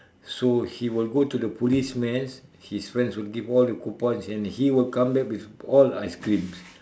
so he will go to the police mans his friends will give the coupon and he will come back with all ice creams